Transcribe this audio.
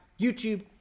YouTube